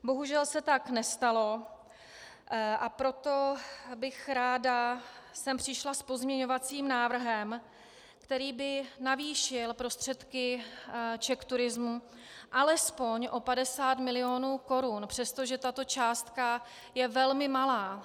Bohužel se tak nestalo, a proto bych ráda sem přišla s pozměňovacím návrhem, který by navýšil prostředky CzechTourismu alespoň o 50 mil. korun, přestože tato částka je velmi malá.